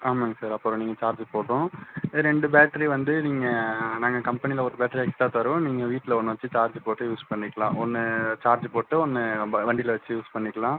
ஆமாங்க சார் அப்புறம் நீங்கள் சார்ஜு போடணும் ரெண்டு பேட்ரி வந்து நீங்கள் நாங்கள் கம்பெனியில் ஒரு பேட்ரி எக்ஸ்ட்டா தருவோம் நீங்கள் வீட்டில் ஒன்று வெச்சி சார்ஜு போட்டு யூஸ் பண்ணிக்கலாம் ஒன்று சார்ஜு போட்டு ஒன்று வண்டியில் வெச்சி யூஸ் பண்ணிக்கலாம்